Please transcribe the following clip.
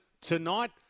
tonight